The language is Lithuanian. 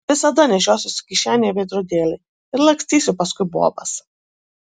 visada nešiosiuosi kišenėje veidrodėlį ir lakstysiu paskui bobas